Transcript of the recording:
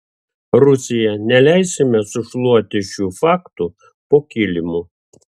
rusija neleisime sušluoti šių faktų po kilimu